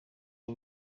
iyi